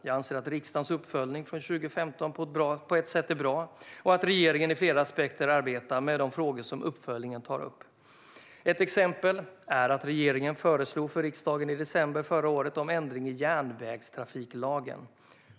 Jag anser att riksdagens uppföljning från 2015 på så sätt är bra och att regeringen i flera aspekter arbetar med de frågor som uppföljningen tar upp. Ett exempel är att regeringen föreslog för riksdagen i december förra året om ändring i järnvägstrafiklagen.